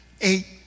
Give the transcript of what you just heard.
eight